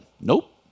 Nope